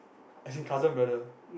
as in cousin brother